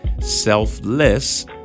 selfless